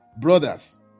Brothers